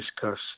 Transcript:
discuss